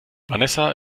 vanessa